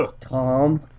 Tom